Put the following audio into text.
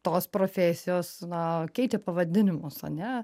tos profesijos na keičia pavadinimus ane